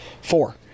four